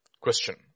Question